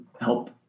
help